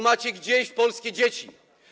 Macie gdzieś polskie dzieci.